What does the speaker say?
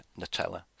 Nutella